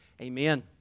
Amen